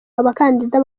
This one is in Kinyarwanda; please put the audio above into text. abakandida